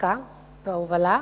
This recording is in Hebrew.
ההפקה וההובלה,